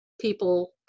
people